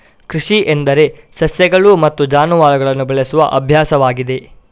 ಕೃಷಿ ಎಂದರೆ ಸಸ್ಯಗಳು ಮತ್ತು ಜಾನುವಾರುಗಳನ್ನು ಬೆಳೆಸುವ ಅಭ್ಯಾಸವಾಗಿದೆ